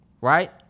right